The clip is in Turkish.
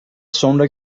sonra